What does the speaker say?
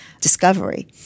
discovery